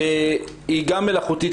היא גם מלאכותית,